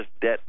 debt